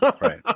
Right